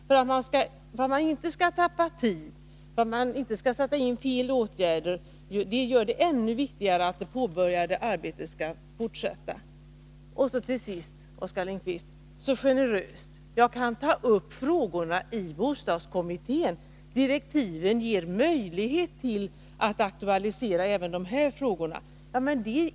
För att man inte skall tappa tid eller sätta in fel åtgärder är det ännu viktigare att det påbörjade arbetet fortsätter. Så generöst, Oskar Lindkvist, att jag kan ta upp frågorna i bostadskommittén därför att direktiven ger mig möjlighet att aktualisera även dessa frågor!